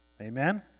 Amen